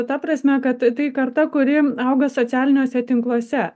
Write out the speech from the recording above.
ta prasme kad tai karta kuri auga socialiniuose tinkluose